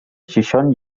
gijón